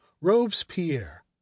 Robespierre